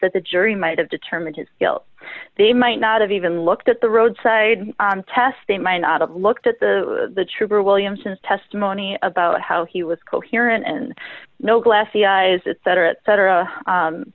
that the jury might have determined his guilt they might not have even looked at the roadside test they might not have looked at the the trigger williamson's testimony about how he was coherent and no glassy eyes that cetera et cetera